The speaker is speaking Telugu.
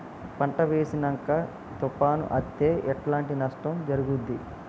పంట వేసినంక తుఫాను అత్తే ఎట్లాంటి నష్టం జరుగుద్ది?